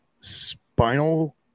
spinal